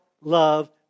love